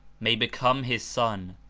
may become his son,